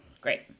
Great